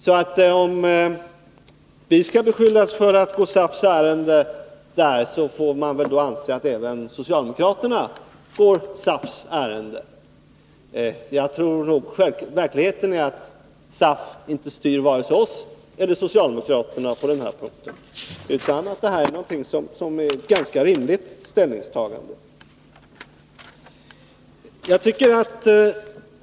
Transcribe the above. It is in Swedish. Om utskottsmajoriteten skall beskyllas för att gå SAF:s ärenden i det fallet, får väl även socialdemokraterna anses gå SAF:s ärenden. Jag tror att verkligheten är den att SAF inte styr vare sig oss eller socialdemokraterna. Det här är ett rimligt ställningstagande.